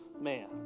man